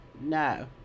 no